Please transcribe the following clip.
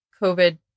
COVID